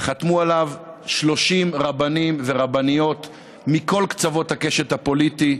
חתמו עליו 30 רבנים ורבניות מכל קצוות הקשת הפוליטית.